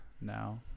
now